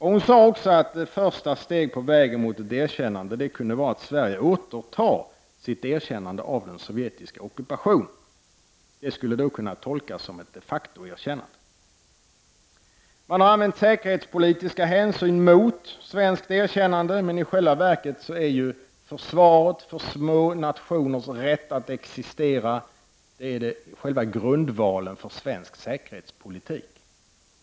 Hon sade också att ett första steg på vägen mot ett erkännande kunde vara att Sverige återtar sitt erkännande av den sovjetiska ockupationen av Litauen. Detta skulle då kunna tolkas som ett de facto-erkännande. Man har använt säkerhetspolitiska hänsyn som argument mot svenskt erkännande, men i själva verket är ju försvaret för små nationers rätt att existera själva grundvalen för den svenska säkerhetspolitiken.